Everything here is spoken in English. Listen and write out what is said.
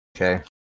Okay